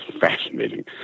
Fascinating